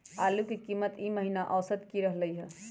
आलू के कीमत ई महिना औसत की रहलई ह?